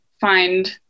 find